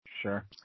Sure